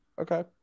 Okay